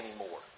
anymore